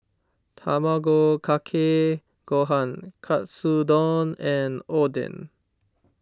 Tamago Kake Gohan Katsudon and Oden